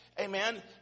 Amen